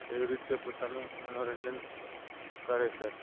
એવી રીતે પોતાનું મનોરંજન કરે છે